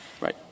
Right